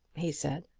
he said.